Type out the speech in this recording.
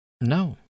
no